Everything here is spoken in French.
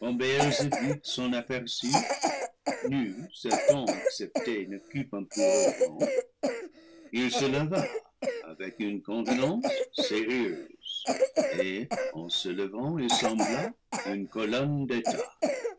s'en aperçut nul satan excepté n'occupe un plus haut rang il se leva avec une contenance sérieuse et en se levant il sembla une colonne